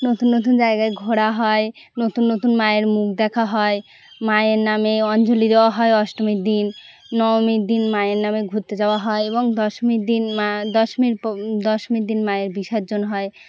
নতুন নতুন জায়গায় ঘোরা হয় নতুন নতুন মায়ের মুখ দেখা হয় মায়ের নামে অঞ্জলি দেওয়া হয় অষ্টমীর দিন নবমীর দিন মায়ের নামে ঘুরতে যাওয়া হয় এবং দশমীর দিন মা দশমীর দশমীর দিন মায়ের বিসর্জন হয়